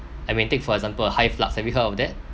I mean take for example hyflux have you heard of that